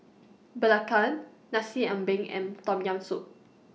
Belacan Nasi Ambeng and Tom Yam Soup